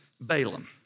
Balaam